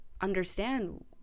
understand